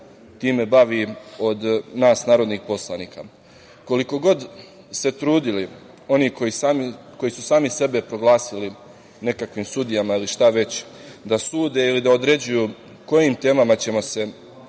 time bavi od nas narodnih poslanika. Koliko god se trudili oni koji su sami sebe proglasili nekakvim sudijama, ili šta već, da sude ili da određuju kojim temama ćemo se